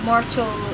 mortal